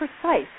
precise